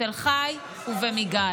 בתל חי ובמיגל.